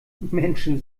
menschen